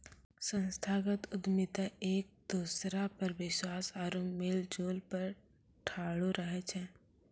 संस्थागत उद्यमिता एक दोसरा पर विश्वास आरु मेलजोल पर ठाढ़ो रहै छै